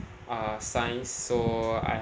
uh science so I